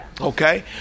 Okay